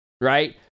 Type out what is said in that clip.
right